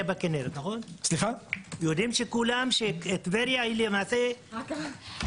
יודעים כולם שטבריה היא למעשה הכינרת.